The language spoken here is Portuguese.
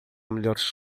melhores